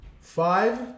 Five